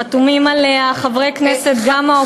חתומים עליה חברי כנסת גם מהאופוזיציה,